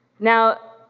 now,